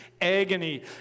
Agony